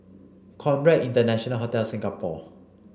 Conrad International Hotel Singapore